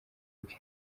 bwe